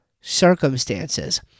circumstances